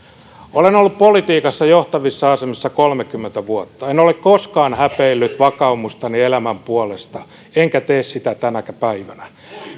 olen ollut politiikassa johtavissa asemissa kolmekymmentä vuotta en ole koskaan häpeillyt vakaumustani elämän puolesta enkä tee sinä tänäkään päivänä